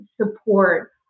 support